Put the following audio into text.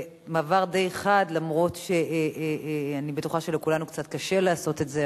במעבר די חד למרות שאני בטוחה שלכולנו קצת קשה לעשות את זה,